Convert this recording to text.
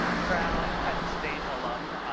proud penn state alum,